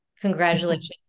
Congratulations